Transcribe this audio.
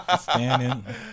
Standing